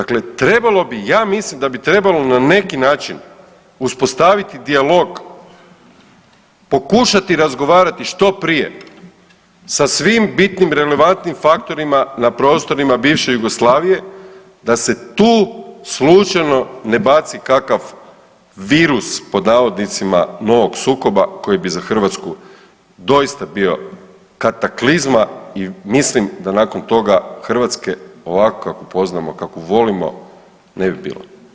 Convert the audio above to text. Dakle, trebalo bi, ja mislim da bi trebalo na neki način uspostaviti dijalog, pokušati razgovarati što prije sa svim bitnim, relevantnim faktorima na prostorima bivše Jugoslavije da se tu slučajno ne baci kakav virus pod navodnicima novog sukoba koji bi za Hrvatsku doista bio kataklizma i mislim da nakon toga Hrvatske ovakvu kakvu poznamo, kakvu volimo ne bi bilo.